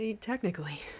technically